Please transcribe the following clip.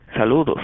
Saludos